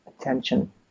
attention